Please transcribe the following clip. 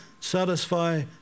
satisfy